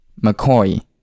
McCoy